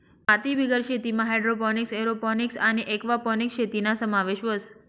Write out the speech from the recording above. मातीबिगेर शेतीमा hydroponics, aeroponics आणि एक्वापोनिक्स शेतीना समावेश व्हस